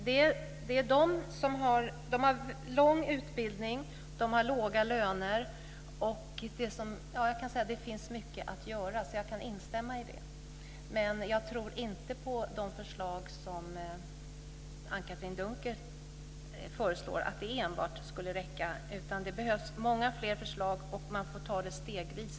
De har lång utbildning. De har låga löner. Det finns mycket att göra. Jag kan instämma i det, men jag tror inte på de förslag som Anne-Katrine Dunker ger eller på att enbart det skulle räcka. Det behövs många fler förslag, och man får ta det stegvis.